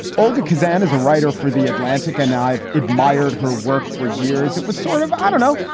olga kazan is a writer for the atlantic, and i've admired her work for years. it was sort of, i don't know,